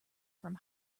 from